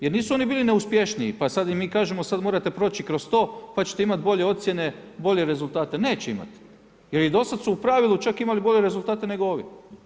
Jer nisu oni bili neuspješniji pa sad im mi kažemo sada morate proći kroz to pa ćete imati bolje ocjene, bolje rezultate, neće imati jer i do sada su u pravilu čak imali bolje rezultate nego ovi.